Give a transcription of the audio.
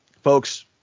folks